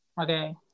Okay